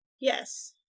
Yes